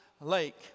Lake